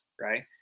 right